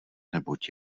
neboť